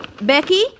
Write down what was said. Becky